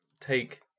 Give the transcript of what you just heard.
take